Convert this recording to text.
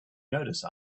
notice